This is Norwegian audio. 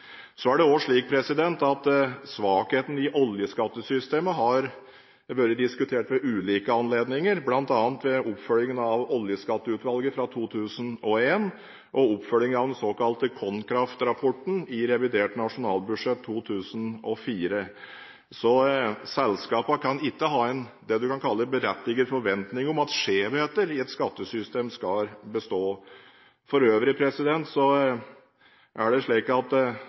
Så selskapene kan ikke ha det du kan kalle en «berettiget forventning» om at skjevheter i et skattesystem skal bestå. For øvrig er det slik at